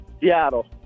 Seattle